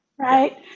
Right